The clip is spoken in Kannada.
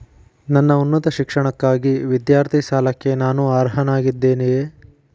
ನನ್ನ ಉನ್ನತ ಶಿಕ್ಷಣಕ್ಕಾಗಿ ವಿದ್ಯಾರ್ಥಿ ಸಾಲಕ್ಕೆ ನಾನು ಅರ್ಹನಾಗಿದ್ದೇನೆಯೇ?